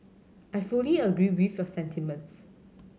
I fully agree with a sentiments